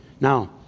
Now